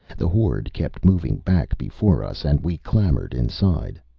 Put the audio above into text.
the horde kept moving back before us and we clambered inside.